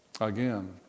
again